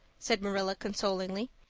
said marilla consolingly.